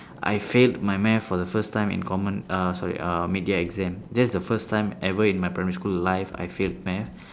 I failed my math for the first time in common uh sorry uh mid year exam that's the first time ever in my primary school life I failed math